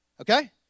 okay